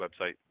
website